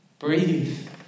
Breathe